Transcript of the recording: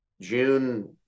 june